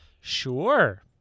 Sure